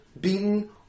beaten